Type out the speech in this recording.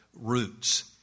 roots